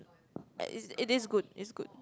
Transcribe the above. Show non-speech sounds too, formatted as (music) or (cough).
(noise) is it is good it's good